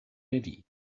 ready